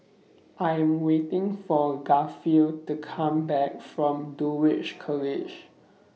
I Am waiting For Garfield to Come Back from Dulwich College